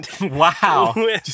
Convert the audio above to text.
Wow